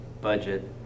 budget